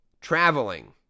traveling